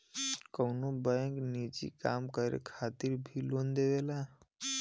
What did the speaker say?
bank कउनो निजी काम करे खातिर भी लोन देवला